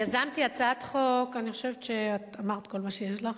יזמתי הצעת חוק, אני חושבת שאת אמרת כל מה שיש לך.